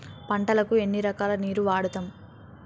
పంటలకు ఎన్ని రకాల నీరు వాడుతం?